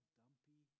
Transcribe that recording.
dumpy